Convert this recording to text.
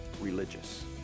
religious